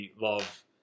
love